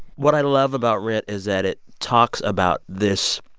what i love about rent is that it talks about this